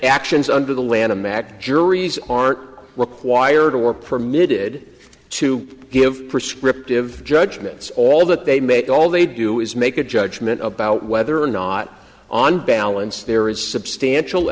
actions under the lanham act juries aren't required to work permitted to give prescriptive judgments all that they made all they do is make a judgement about whether or not on balance there is substantial